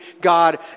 God